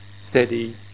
steady